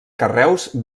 carreus